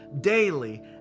daily